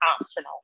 optional